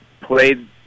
played